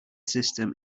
system